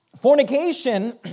Fornication